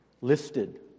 listed